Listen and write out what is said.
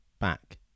back